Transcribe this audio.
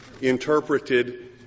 interpreted